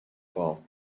ball